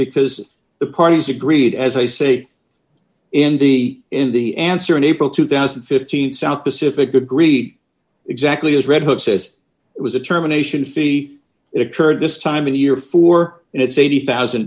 because the parties agreed as i say in the in the answer in april two thousand and fifteen south pacific good greek exactly as red hood says it was a terminations see it occurred this time of the year for its eighty thousand